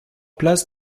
place